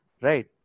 right